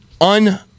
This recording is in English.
un